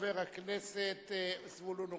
חבר הכנסת זבולון אורלב.